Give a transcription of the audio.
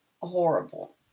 Horrible